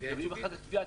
מקבלים תביעה,